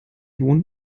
wohnt